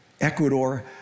Ecuador